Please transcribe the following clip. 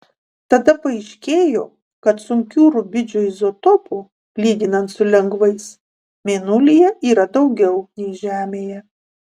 tada paaiškėjo kad sunkių rubidžio izotopų lyginant su lengvais mėnulyje yra daugiau nei žemėje